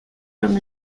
from